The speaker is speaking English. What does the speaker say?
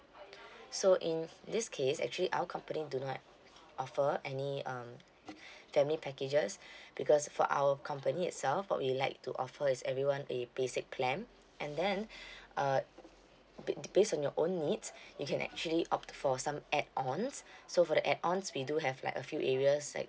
so in this case actually our company do not offer any um family packages because for our company itself what we like to offer is everyone a basic plan and then uh ba~ based on your own needs you can actually opt for some add ons so for the add ons we do have like a few areas like